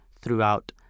throughout